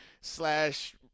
slash